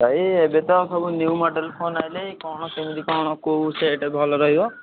ଭାଇ ଏବେ ତ ସବୁ ନ୍ୟୁ ମଡ଼େଲ୍ ଫୋନ୍ ଆଇଲାଣି କଣ କେମିତି କଣ କେଉଁ ସେଟ୍ ଭଲ ରହିବ